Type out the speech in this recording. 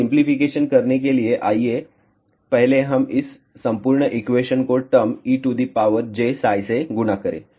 तो सिंपलीफिकेशन करने के लिए आइए पहले इस संपूर्ण एक्वेशन को term e to the power j से गुणा करें